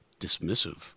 dismissive